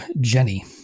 Jenny